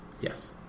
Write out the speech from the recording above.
Yes